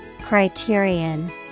Criterion